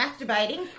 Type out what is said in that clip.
masturbating